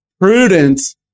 Prudence